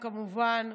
כמובן.